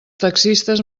taxistes